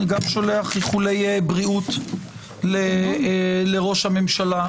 אני גם שולח איחולי בריאות לראש הממשלה,